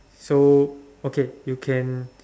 so okay you can